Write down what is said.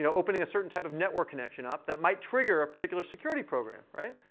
you know opening a certain type of network connection up, that might trigger a particular security program. right?